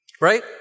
Right